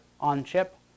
on-chip